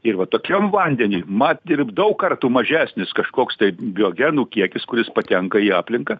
ir va tokiam vandeniui mat tirp daug kartų mažesnis kažkoks tai diogenų kiekis kuris patenka į aplinką